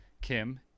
Kim